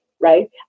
right